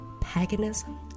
paganism